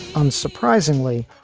unsurprisingly,